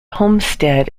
homestead